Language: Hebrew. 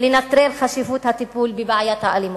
לנטרל את חשיבות הטיפול בבעיית האלימות,